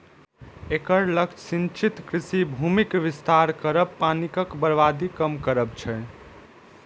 एकर लक्ष्य सिंचित कृषि भूमिक विस्तार करब, पानिक बर्बादी कम करब छै